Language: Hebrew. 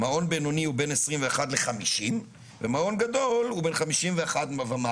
מעון בינוני הוא בין 21 ל-50 ומעון גדול הוא בין 51 ומעלה.